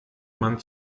man